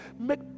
make